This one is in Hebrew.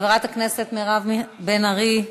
חברת הכנסת מירב בן ארי,